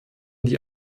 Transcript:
die